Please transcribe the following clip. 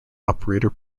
operator